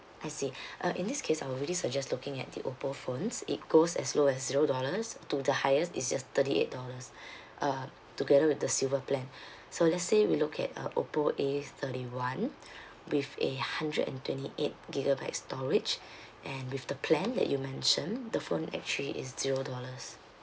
I see uh in this case I would really suggest looking at the Oppo phones it goes as low as zero dollars to the highest is just thirty eight dollars uh together with the silver plan so let's say we look at uh oppo A thirty one with a hundred and twenty eight gigabyte storage and with the plan that you mentioned the phone actually is zero dollars